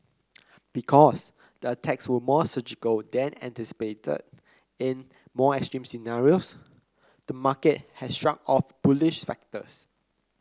because the attacks were more surgical than anticipated in more extreme scenarios the market has shrugged off bullish factors